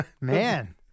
Man